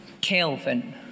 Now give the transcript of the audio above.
Kelvin